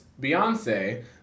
Beyonce